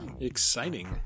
Exciting